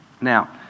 Now